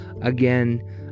again